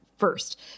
first